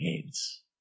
heads